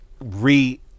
re